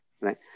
right